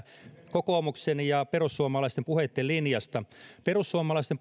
kokoomuksen ja perussuomalaisten puheitten linjasta perussuomalaisten